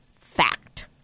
fact